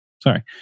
Sorry